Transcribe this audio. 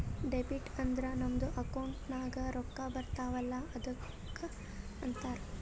debit ಅಂದುರ್ ನಮ್ account ನಾಗ್ ರೊಕ್ಕಾ ಬರ್ತಾವ ಅಲ್ಲ ಅದ್ದುಕ ಅಂತಾರ್